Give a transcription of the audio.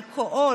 אלכוהול,